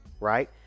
right